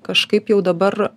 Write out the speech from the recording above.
kažkaip jau dabar